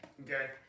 okay